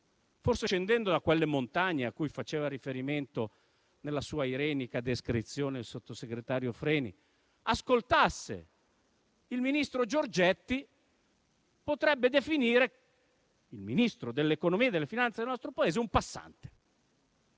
forse scendendo da quelle montagne a cui faceva riferimento nella sua irenica descrizione il sottosegretario Freni, ascoltasse il ministro Giorgetti, potrebbe definire il Ministro dell'economia e delle finanze nel nostro Paese un passante.